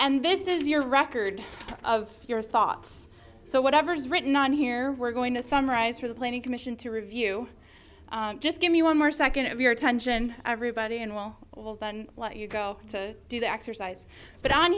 and this is your record of your thoughts so whatever's written on here we're going to summarize for the planning commission to review just give me one more second of your attention everybody and we'll let you go to do the exercise but